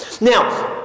now